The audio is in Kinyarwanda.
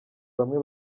bamwe